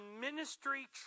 ministry